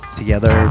together